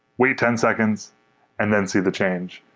wait ten seconds and then see the change.